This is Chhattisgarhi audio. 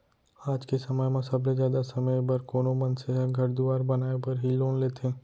आज के समय म सबले जादा समे बर कोनो मनसे ह घर दुवार बनाय बर ही लोन लेथें